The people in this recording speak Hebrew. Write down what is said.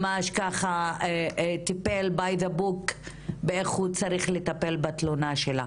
ממש ככה טיפל לפי הספר וכמו שהוא צריך לטפל בתלונה שלה.